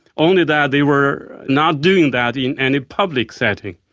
only that they were not doing that in any public setting.